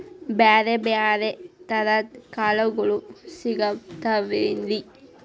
ಬ್ಯಾರೆ ಬ್ಯಾರೆ ತರದ್ ಕಾಳಗೊಳು ಸಿಗತಾವೇನ್ರಿ?